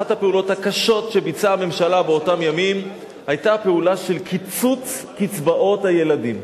הקשות שביצעה הממשלה באותם ימים היתה הפעולה של קיצוץ קצבאות הילדים.